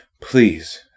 please